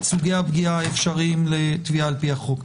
סוגי הפגיעה האפשריים לתביעה על פי החוק.